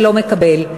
ולא מקבל.